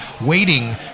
waiting